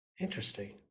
Interesting